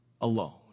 alone